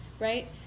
Right